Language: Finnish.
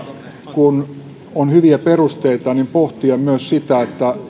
kun on hyviä perusteita pohtia myös sitä